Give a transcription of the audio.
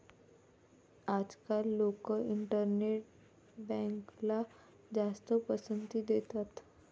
आजकाल लोक इंटरनेट बँकला जास्त पसंती देतात